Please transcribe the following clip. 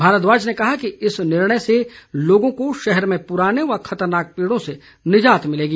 भारद्वाज ने कहा कि इस निर्णय से लोगों को शहर में पुराने व खतरनाक पेडों से निजात मिलेगी